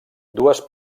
dues